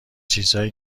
چیزهایی